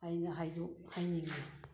ꯑꯩꯅ ꯍꯥꯏꯅꯤꯡꯏ